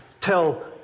tell